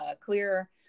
clear